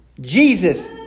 Jesus